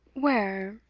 where?